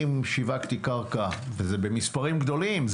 אם שיווקתי קרקע וזה במספרים גדולים,